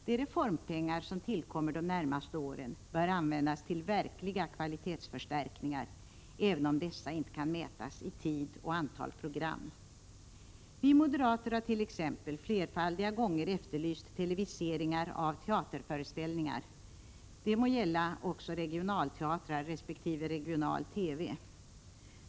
De reformpengar som tillkommer de närmaste åren bör användas till verkliga kvalitetsförstärkningar — även om dessa inte kan mätas i tid och antal program. Vi moderater har t.ex. flerfaldiga gånger efterlyst televiseringar av teaterföreställningar — det må gälla också regionalteatrar resp. regional TV.